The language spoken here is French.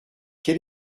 quel